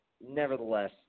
nevertheless